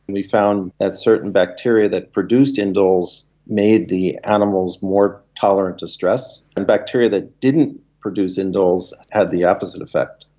we found that certain bacteria that produced indoles made the animals more tolerant to stress. and bacteria that didn't produce indoles had the opposite effect.